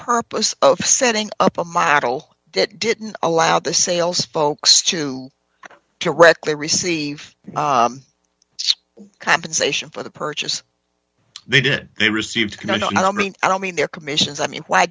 purpose of setting up a model that didn't allow the sales folks to correctly receive compensation for the purchase they did they received and i don't mean i don't mean their commissions i mean wh